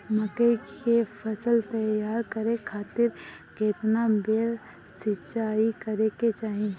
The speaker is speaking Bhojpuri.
मकई के फसल तैयार करे खातीर केतना बेर सिचाई करे के चाही?